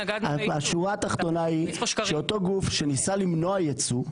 השורה התחתונה היא שאותו גוף שניסה למנוע ייצוא,